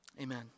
Amen